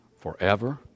forever